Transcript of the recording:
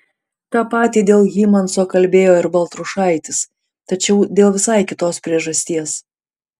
tą patį dėl hymanso kalbėjo ir baltrušaitis tačiau dėl visai kitos priežasties